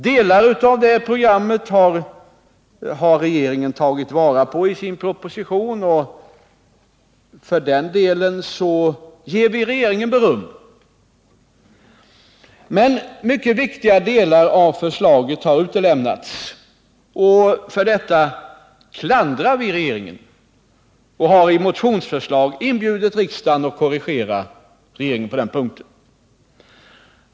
Delar av det programmet har regeringen tagit vara på i sin proposition, och för den delen ger vi regeringen beröm. Men mycket viktiga delar av förslaget har utelämnats, och för detta klandrar vi regeringen och har i motionsförslag inbjudit riksdagen att korrigera regeringen på den punkten.